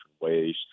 ways